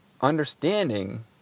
understanding